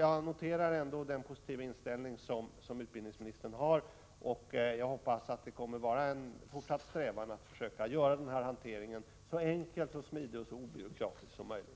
Jag noterar ändå den positiva inställning som utbildningsministern har, och jag hoppas att det kommer att vara en fortsatt strävan att försöka göra den här hanteringen så enkel, smidig och obyråkratisk som möjligt.